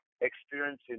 experiencing